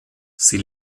sie